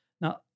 Now